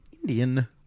Indian